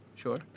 sure